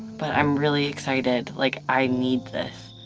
but i'm really excited, like i need this.